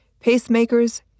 pacemakers